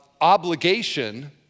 obligation